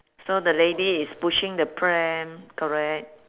so the lady is pushing the pram correct